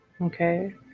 Okay